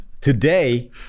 Today